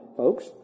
folks